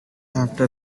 after